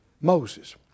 Moses